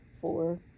Four